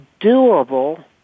doable